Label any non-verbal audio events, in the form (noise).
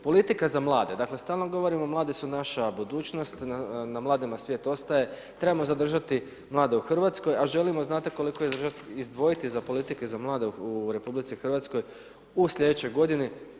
Politika za mlade, dakle stalno govorimo mladi su naša budućnost, na mladima svijet ostaje, trebamo zadržati mlade u Hrvatskoj a želimo ... (unintelligible) izdvojiti za politike za mlade u RH u sljedećoj godini?